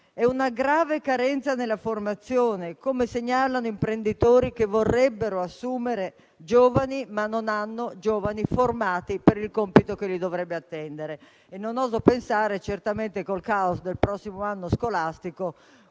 di una grave carenza nella formazione, come segnalano imprenditori che vorrebbero assumere giovani, ma che non ne trovano formati per il compito che li dovrebbe attendere. Non oso pensare, certamente con il caos del prossimo anno scolastico,